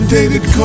David